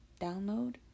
download